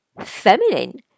feminine